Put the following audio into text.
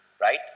right